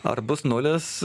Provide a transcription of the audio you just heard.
ar bus nulis